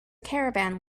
caravan